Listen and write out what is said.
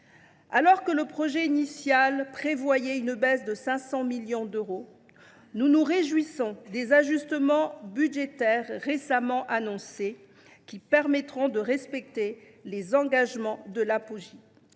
Alors que le projet initial prévoyait une baisse de 500 millions d’euros, nous nous réjouissons des ajustements budgétaires récemment annoncés, qui permettront de respecter les engagements de la LOPJ.